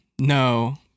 No